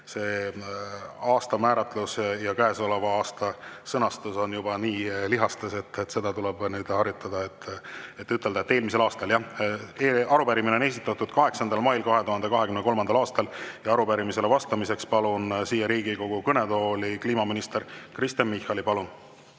"aasta", sõnastus "käesolev aasta" on juba nii lihastes, et nüüd tuleb harjutada, et öelda "eelmisel aastal". Arupärimine on esitatud 8. mail 2023. aastal ja arupärimisele vastamiseks palun siia Riigikogu kõnetooli kliimaminister Kristen Michali. Palun!